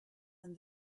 and